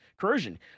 corrosion